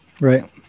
Right